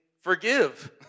forgive